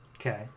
Okay